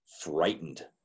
frightened